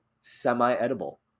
semi-edible